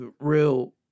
real